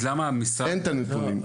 אז למה המשרד --- אין את הנתונים האלה.